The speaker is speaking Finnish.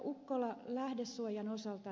ukkolalle lähdesuojan osalta